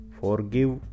forgive